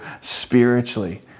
spiritually